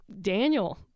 Daniel